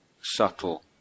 subtle